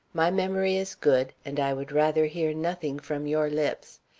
my memory is good, and i would rather hear nothing from your lips.